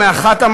באמת.